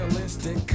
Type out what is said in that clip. Realistic